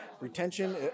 retention